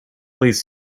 least